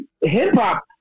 hip-hop